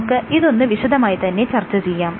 നമുക്ക് ഇതൊന്ന് വിശദമായി തന്നെ ചർച്ച ചെയ്യാം